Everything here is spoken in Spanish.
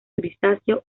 grisáceo